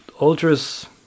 Ultras